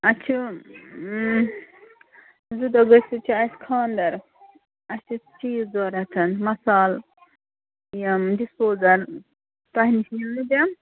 اَسہِ چھُ زٕ دۄہ گٔژھِتھ چھِ اَسہِ خانٛدَر اَسہِ چھِ چیٖز ضوٚرَتھ مصالہٕ یِم ڈِسپوزَل تۄہہِ نِش مِلنہٕ تِم